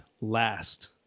last